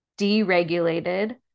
deregulated